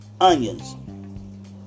onions